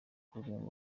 kuririmba